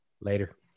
Later